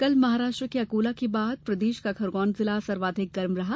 कल महाराष्ट्र के अकोला के बाद प्रदेश का खरगोन जिला सर्वाधिक गर्म रहा